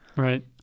Right